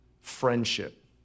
friendship